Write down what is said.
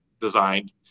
designed